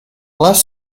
last